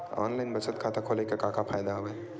online बचत खाता खोले के का का फ़ायदा हवय